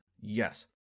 Yes